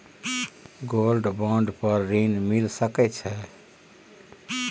Gold bond पर ऋण मिल सके छै?